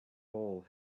hole